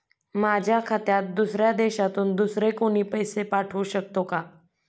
माझ्या खात्यात दुसऱ्या देशातून दुसरे कोणी पैसे पाठवू शकतो का?